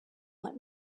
let